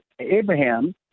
Abraham